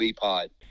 Pod